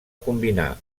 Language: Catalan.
combinà